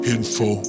Info